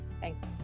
Thanks